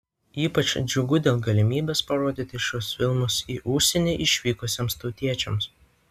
ypač džiugu dėl galimybės parodyti šiuos filmus į užsienį išvykusiems tautiečiams